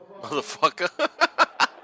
Motherfucker